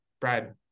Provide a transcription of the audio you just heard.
Brad